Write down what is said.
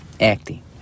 acting